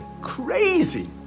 Crazy